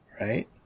Right